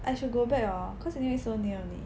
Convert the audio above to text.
I should go back hor cause I live so near only